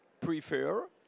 prefer